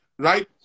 right